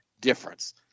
difference